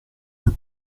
del